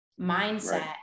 mindset